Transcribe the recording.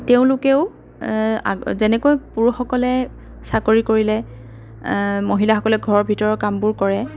তেওঁলোকেও আগ যেনেকৈ পুৰুষসকলে চাকৰি কৰিলে মহিলাসকলে ঘৰৰ ভিতৰৰ কামবোৰ কৰে